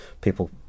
people